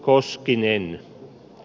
koskinen